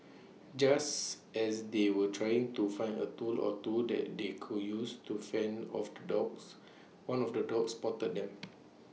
just as they were trying to find A tool or two that they could use to fend off the dogs one of the dogs spotted them